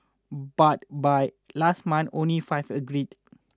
but by last month only five agreed